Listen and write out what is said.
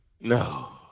No